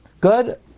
Good